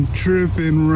tripping